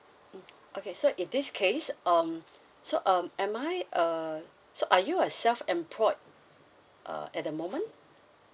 mm okay so in this case um so um am I uh so are you a self-employed uh at the moment